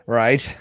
right